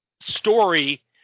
story